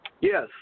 Yes